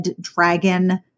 dragon